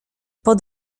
pod